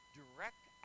direct